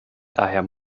daher